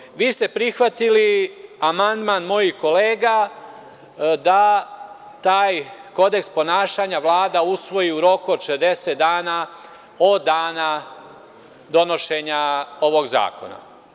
I, dobro, vi ste prihvatili amandman mojih kolega da taj kodeks ponašanja Vlada usvoji u roku od 60 dana od dana donošenja ovog zakona.